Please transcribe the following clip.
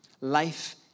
life